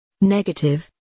Negative